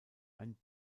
ein